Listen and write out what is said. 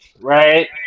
Right